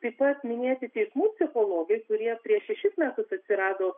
taip pat minėti teismų psichologai kurie prieš šešis metus atsirado